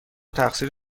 تقصیر